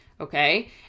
okay